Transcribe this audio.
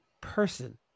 person